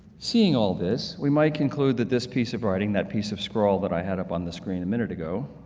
seeing all this we might conclude that this piece of writing, that piece of scroll that i had up on the screen a minute ago,